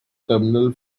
terminal